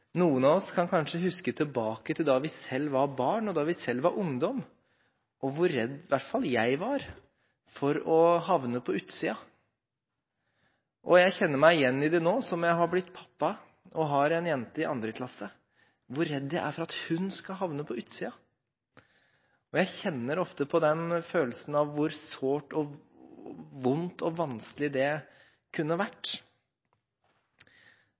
Noen av oss kan kanskje huske tilbake til da vi selv var barn, og da vi selv var ungdommer, og hvor redde vi var – iallfall var jeg det – for å havne på utsiden. Jeg kjenner meg igjen i det nå som jeg er blitt pappa og har en jente i 2. klasse – hvor redd jeg er for at hun skal havne på utsiden. Jeg kjenner ofte på følelsen av hvor sårt, vondt og vanskelig det ville vært.